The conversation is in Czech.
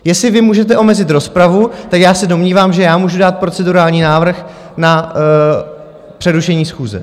Jestli vy můžete omezit rozpravu, tak já se domnívám, že já můžu dát procedurální návrh na přerušení schůze.